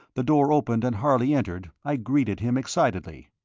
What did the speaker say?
the door opened and harley entered, i greeted him excitedly.